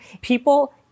People